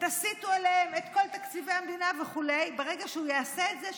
תסיטו אליהם את כל תקציבי המדינה וכו' ברגע שהוא יעשה את זה,